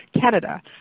Canada